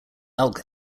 elk